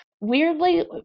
weirdly